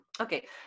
okay